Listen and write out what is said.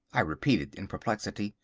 i repeated in perplexity.